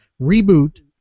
Reboot